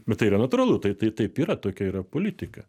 bet tai yra natūralu tai tai taip yra tokia yra politika